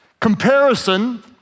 Comparison